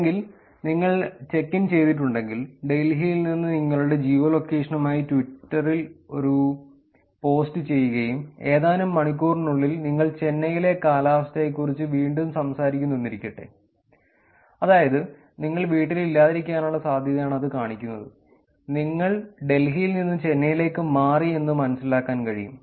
അല്ലെങ്കിൽ നിങ്ങൾ check in ചെയ്തിട്ടുണ്ടെങ്കിൽ ഡൽഹിയിൽ നിന്ന് നിങ്ങളുടെ ജിയോലൊക്കേഷനുമായി ട്വീറ്റിൽ ഒരു പോസ്റ്റ് ചെയ്യുകയും ഏതാനും മണിക്കൂറിനുള്ളിൽ നിങ്ങൾ ചെന്നൈയിലെ കാലാവസ്ഥയെക്കുറിച്ചും വീണ്ടും സംസാരിക്കുന്നു എന്നിരിക്കട്ടെ അതായത് നിങ്ങൾ വീട്ടിൽ ഇല്ലാതിരിക്കാനുള്ള സാധ്യതയാണ് അത് കാണിക്കുന്നത് നിങ്ങൾ ഡൽഹിയിൽ നിന്ന് ചെന്നൈയിലേക്ക് മാറി എന്ന് മനസ്സിലാക്കാൻ കഴിയും